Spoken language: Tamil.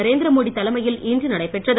நரேந்திர மோடி தலைமையில் இன்று நடைபெற்றது